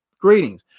Greetings